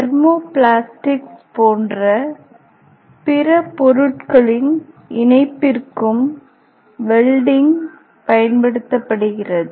thermoplastics போன்ற பிற பொருட்களின் இணைப்பிற்கும் வெல்டிங் பயன்படுத்தப்படுகிறது